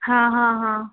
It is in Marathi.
हां हां हां